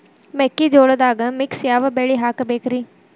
ಮೆಕ್ಕಿಜೋಳದಾಗಾ ಮಿಕ್ಸ್ ಯಾವ ಬೆಳಿ ಹಾಕಬೇಕ್ರಿ?